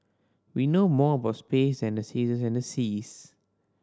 we know more about space than the seasons and the seas